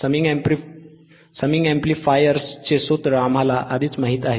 summing अॅम्प्लिफायर्सच्याचे सूत्र आम्हाला आधीच माहित आहे